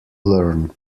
learn